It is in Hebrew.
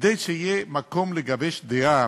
כדי שיהיה מקום לגבש דעה,